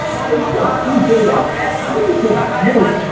things that pre-date us, i think we should note,